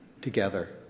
together